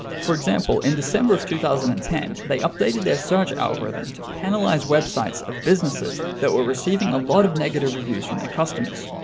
for example in december of two thousand and ten they updated their search algorithm to penalize websites of businesses that were receiving a lot of negative reviews from their customers.